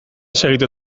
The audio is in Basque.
segitu